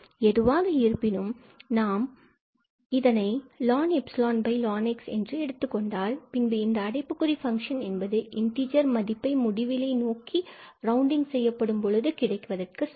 எதுவாக இருப்பினும் நாம் இதனை ln𝜖ln𝑥 என எடுத்துக்கொண்டால் பின்பு இந்த அடைப்புக்குறி ஃபங்ஷன் என்பது இன்டீஜர் மதிப்பை நோக்கி முடிவிலியை நோக்கி ரவுண்டிங் செய்யப்படும் பொழுது கிடைப்பதே ஆகும்